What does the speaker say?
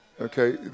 Okay